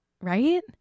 Right